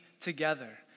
together